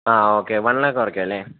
ആ okay one lakh കുറയ്ക്കും അല്ലേ